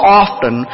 often